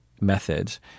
methods